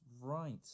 right